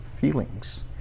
feelings